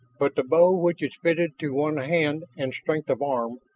but the bow which is fitted to one hand and strength of arm,